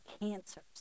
cancers